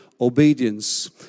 obedience